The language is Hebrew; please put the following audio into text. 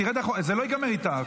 טלי, טלי, טלי, סליחה.